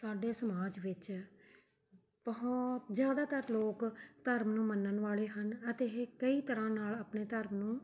ਸਾਡੇ ਸਮਾਜ ਵਿੱਚ ਬਹੁਤ ਜ਼ਿਆਦਾਤਰ ਲੋਕ ਧਰਮ ਨੂੰ ਮੰਨਣ ਵਾਲੇ ਹਨ ਅਤੇ ਇਹ ਕਈ ਤਰ੍ਹਾਂ ਨਾਲ਼ ਆਪਣੇ ਧਰਮ ਨੂੰ